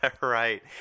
right